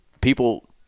People